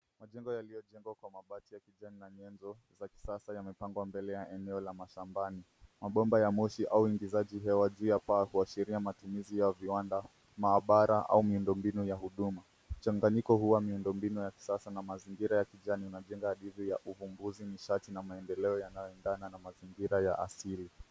Majengo yaliyojengwa kwa mabati ya kijani na nyezo za kiasasa yamepangwa mbele ya eneo la mashambani. Maomba ya moshi au uingizaji hewa juu ya paa kuashiria matumizi ya viwanda maabara au miundo mbinu ya huduma. Mchanganyiko huu wa miundo mbinu ya kisasa na mazingira ya kijani inajenga hadithi ya uvumbuzi nishati na maendeleo yanayoendana na mazingira ya asili.